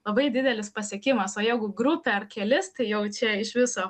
labai didelis pasiekimas o jeigu grupę ar kelis tai jau čia iš viso